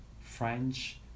French